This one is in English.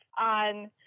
on